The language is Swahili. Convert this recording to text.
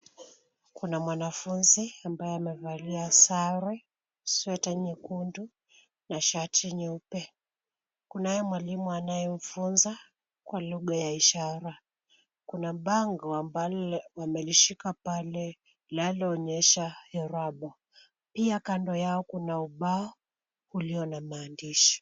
Kuna mwanafunzi ambaye amevalia sare, sweta nyekundu na shati nyeupe. Kunaye mwalimu anayemfunza kwa lugha ya ishara. Kuna bango ambalo amelishika pale linaloonyesha irabu. Pia kando yao kuna ubao uliyo na maandishi.